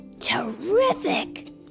terrific